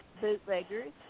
Bootleggers